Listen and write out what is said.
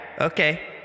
Okay